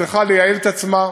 צריכה לייעל את עצמה.